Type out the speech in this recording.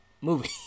movie